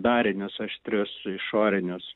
darinius aštrius išorinius